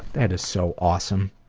that is so awesome.